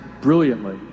brilliantly